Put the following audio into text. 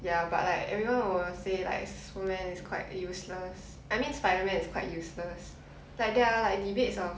ya but like everyone will say like superman is quite useless I mean spiderman is quite useless like there are like debates of